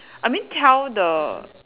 I mean tell the